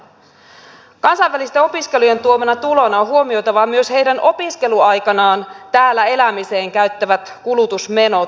kansainvälisten opiskelijoiden tuomana tulona on huomioitava myös heidän opiskeluaikanaan täällä elämiseen käyttämät kulutusmenot